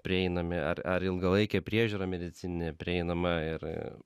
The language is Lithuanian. prieinami ar ar ilgalaikė priežiūra medicininė prieinama ir